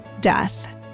death